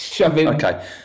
Okay